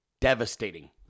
Devastating